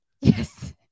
Yes